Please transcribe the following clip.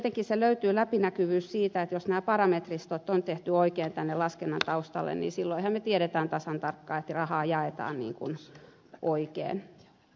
tietenkin se läpinäkyvyys löytyy siitä että jos nämä parametristöt on tehty oikein tänne laskennan taustalle niin silloinhan me tiedämme tasan tarkkaan että rahaa jaetaan oikein